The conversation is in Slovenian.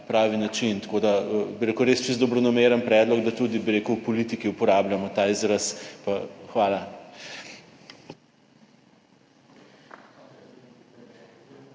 pravi način. Tako da bi rekel res čisto dobronameren predlog, da tudi bi rekel v politiki uporabljamo ta izraz. Hvala.